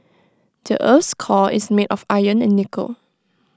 the Earth's core is made of iron and nickel